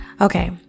okay